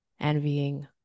envying